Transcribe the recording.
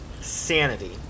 Sanity